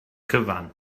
gyfan